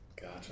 Gotcha